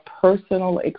personal